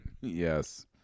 Yes